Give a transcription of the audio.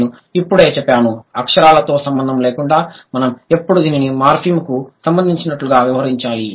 నేను ఇప్పుడే చెప్పాను అక్షరాలతో సంబంధం లేకుండా మనం ఇప్పుడు దీనిని మార్ఫిమ్కు సంభందించినట్లుగా వ్యవహరించాలి